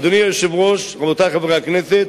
אדוני היושב-ראש, רבותי חברי הכנסת,